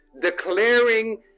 Declaring